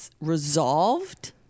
resolved